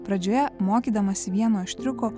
pradžioje mokydamasi vieno iš triukų